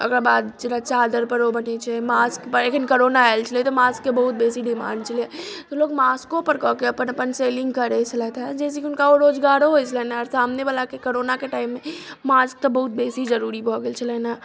ओकरा बाद जेना चादर पर ओ बनै छै मास्क पर एखन करोना आयल छलै तऽ मास्क के बहुत बेसी डिमाण्ड छलै तऽ लोक मास्को पर कए के अपन अपन सेलिन्ग करै छलैथा जाहिसँ की हुनका ओ रोजगारो होइत छलनि हेँ आओर सामने वला के करोना के टाइम मे मास्क तऽ बहुत बेसी जरुरी भऽ गेल छलनि हेँ